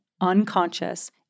unconscious